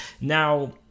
Now